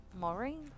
Maureen